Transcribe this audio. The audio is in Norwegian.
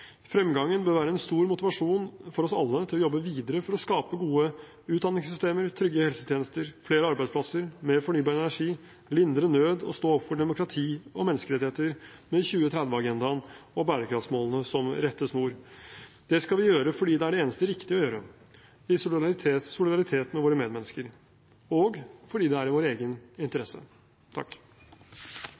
Fremgangen bør være en stor motivasjon for oss alle til å jobbe videre for å skape gode utdanningssystemer, trygge helsetjenester, flere arbeidsplasser, mer fornybar energi, lindre nød og stå opp for demokrati og menneskerettigheter – med 2030-agendaen og bærekraftsmålene som rettesnor. Det skal vi gjøre fordi det er det eneste riktige å gjøre – i solidaritet med våre medmennesker og fordi det er i vår egen interesse.